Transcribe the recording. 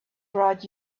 brought